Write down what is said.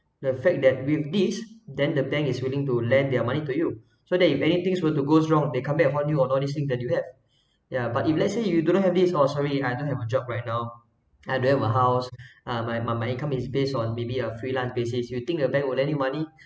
the fact that with this then the bank is willing to lend their money to you so that if anything's were to goes wrong they come back upon you on all these things that you have yeah but if let's say you do not have these or sorry I don't have a job right now I don't have a house uh my my income is based on maybe a freelance basis you think your bank would lend you money